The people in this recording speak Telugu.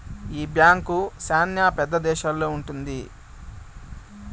ఈ బ్యాంక్ శ్యానా పెద్ద దేశాల్లో ఉంటది